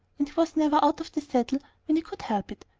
and he was never out of the saddle when he could help it,